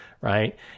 right